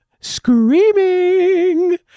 screaming